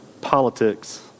politics